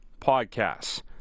podcasts